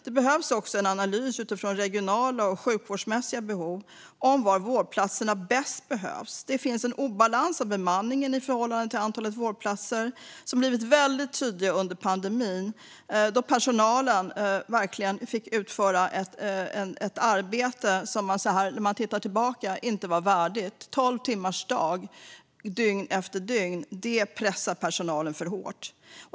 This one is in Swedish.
Det behövs också en analys utifrån regionala och sjukvårdsmässiga behov om var vårdplatserna bäst behövs. Det finns en obalans i bemanningen i förhållande till antalet vårdplatser som har blivit väldigt tydlig under pandemin, då personalen verkligen fick utföra ett arbete som, när man tittar tillbaka, inte var värdigt. Tolv timmars arbetsdag dygn efter dygn pressar personalen för hårt.